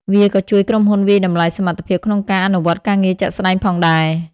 វាក៏ជួយក្រុមហ៊ុនវាយតម្លៃសមត្ថភាពក្នុងការអនុវត្តការងារជាក់ស្តែងផងដែរ។